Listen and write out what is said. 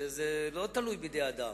זה לא תלוי בידי אדם.